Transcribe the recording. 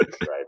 right